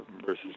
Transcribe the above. versus